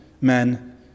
men